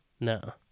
No